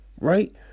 right